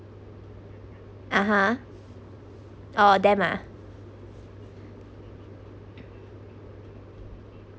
(uh huh) oh them ah